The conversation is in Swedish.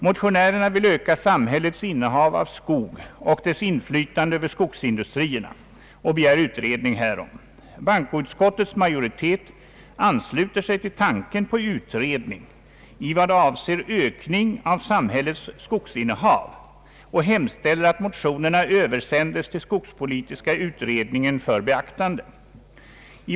Motionärerna vill öka samhällets innehav av skog och dess inflytande över skogsindustrierna samt begär utredning härom. Bankoutskottets majoritet ansluter sig till tanken på en utredning i vad avser ökning av samhällets skogsinnehav och hemställer att motionerna översändes till skogspolitiska utredningen för beaktande.